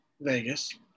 Vegas